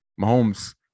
Mahomes